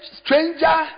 stranger